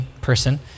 person